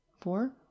four